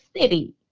city